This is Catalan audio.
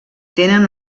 tenen